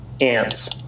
Ants